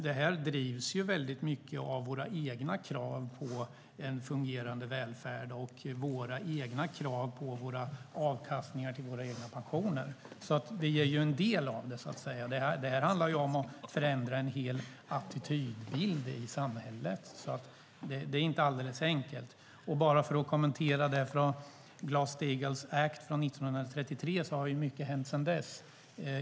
Detta drivs ju mycket av våra egna krav på en fungerande välfärd och av våra krav på avkastningar till våra egna pensioner. Det ger en del av det. Detta handlar om att förändra attityder i samhället, så det är inte alldeles enkelt. Mycket har hänt sedan Glass-Steagall Act 1933.